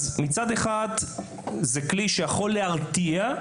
אז מצד אחד, זה כלי שיכול להרתיע.